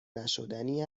نشدنی